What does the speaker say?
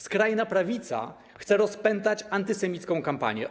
Skrajna prawica chce rozpętać antysemicką kampanię.